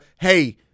hey